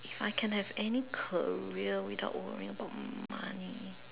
if I can have any career without worrying about money